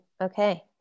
okay